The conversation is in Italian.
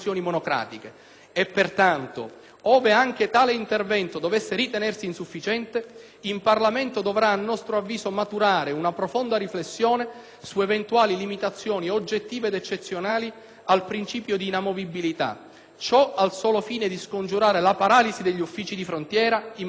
e, pertanto, ove anche tale intervento dovesse ritenersi insufficiente, in Parlamento, a nostro avviso, dovrà maturare una profonda riflessione su eventuali limitazioni, oggettive ed eccezionali, al principio di inamovibilità. Ciò al solo fine di scongiurare la paralisi degli uffici «di frontiera» in maggiore difficoltà.